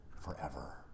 forever